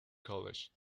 college